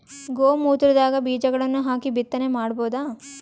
ಗೋ ಮೂತ್ರದಾಗ ಬೀಜಗಳನ್ನು ಹಾಕಿ ಬಿತ್ತನೆ ಮಾಡಬೋದ?